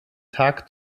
tag